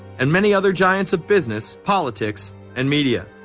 and many other giants of business, politics and media.